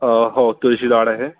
अ हो तुळशी झाड आहे